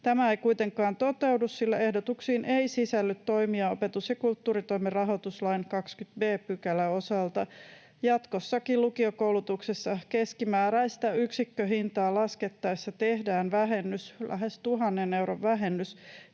Tämä ei kuitenkaan toteudu, sillä ehdotuksiin ei sisälly toimia opetus- ja kulttuuritoimen rahoituslain 23 b §:n osalta. Jatkossakin lukiokoulutuksessa keskimääräistä yksikköhintaa laskettaessa tehdään lähes tuhannen euron vähennys,